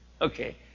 Okay